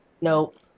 Nope